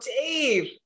Dave